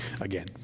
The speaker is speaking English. again